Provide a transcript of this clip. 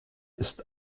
ist